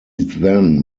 then